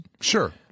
Sure